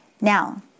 Now